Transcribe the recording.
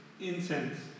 incense